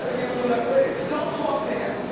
ah giving him that face? don't talk to him.